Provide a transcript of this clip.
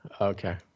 Okay